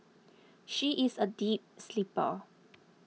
she is a deep sleeper